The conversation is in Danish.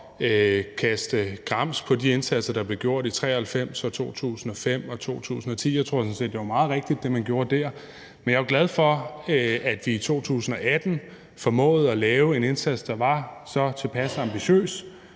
at kimse ad de indsatser, der blev gjort i 1993, i 2005 og i 2010. Jeg tror sådan set, at det, man gjorde der, var meget rigtigt. Men jeg er glad for, at vi i 2018 formåede at lave en indsats, der var så tilpas ambitiøs,